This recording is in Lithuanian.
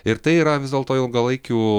ir tai yra vis dėlto ilgalaikių